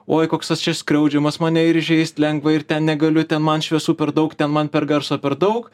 oi koks aš čia skriaudžiamas mane ir įžeist lengva ir ten negaliu ten man šviesų per daug ten man per garso per daug